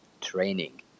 training